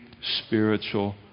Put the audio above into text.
spiritual